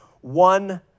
one